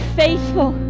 faithful